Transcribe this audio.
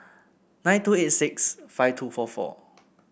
nine two eight six five two four four